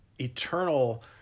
eternal